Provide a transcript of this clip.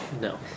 No